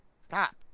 Stop